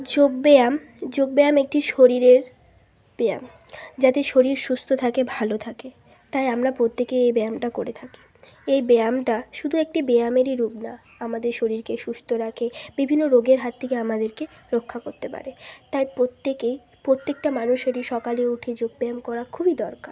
যোগব্যায়াম যোগব্যায়াম একটি শরীরের ব্যায়াম যাতে শরীর সুস্থ থাকে ভালো থাকে তাই আমরা প্রত্যেকে এ ব্যায়ামটা করে থাকি এই ব্যায়ামটা শুধু একটি ব্যায়ামেরই রূপ না আমাদের শরীরকে সুস্থ রাখে বিভিন্ন রোগের হাত থেকে আমাদেরকে রক্ষা করতে পারে তাই প্রত্যেকেই প্রত্যেকটা মানুষেরই সকালে উঠে যোগব্যায়াম করা খুবই দরকার